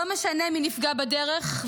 לא משנה מי נפגע בדרך.